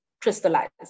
crystallized